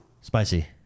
Spicy